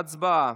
הצבעה.